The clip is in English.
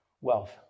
wealth